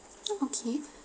okay